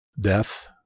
death